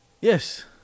Yes